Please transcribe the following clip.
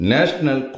National